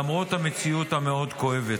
למרות המציאות הכואבת מאוד.